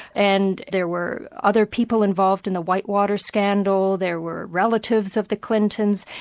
and there were other people involved in the whitewater scandal, there were relatives of the clintons.